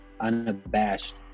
unabashed